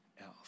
else